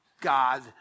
God